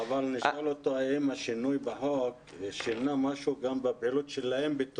צריך לשאול האם השינוי בחוק שינה משהו גם בפעילות שלהם.